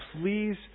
Please